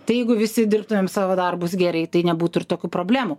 tai jeigu visi dirbtumėm savo darbus gerai tai nebūtų ir tokių problemų